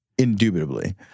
Indubitably